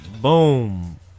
Boom